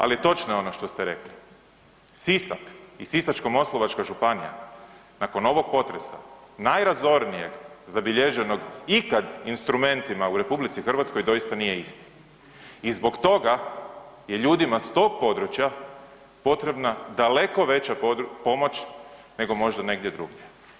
Ali točno je ono što ste rekli, Sisak i Sisačko-moslavačka županija nakon ovog potresa najrazornijeg zabilježenog ikad instrumentima u RH doista nije isti i zbog toga je ljudima s tog područja potrebna daleko veća pomoć nego možda negdje drugdje.